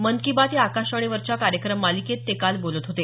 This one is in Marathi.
मन की बात या आकाशवाणीवरच्या कार्यक्रम मालिकेत ते काल बोलत होते